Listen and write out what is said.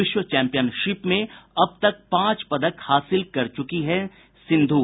विश्व चैंपियनशिप में अब तक पांच पदक हासिल कर चुकी है सिंधू